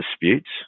disputes